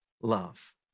love